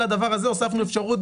על הדבר הזה הוספנו אפשרות,